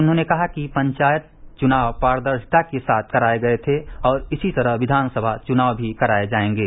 उन्होंने कहा कि पंचायत चुनाव पारदर्शिता के साथ कराए गए थे और इसी तरह क्विनसभा चुनाव भी कराए जाएंगे